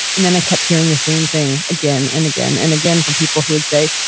and then i kept hearing the same thing again and again and again from people who would say,